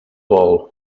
vol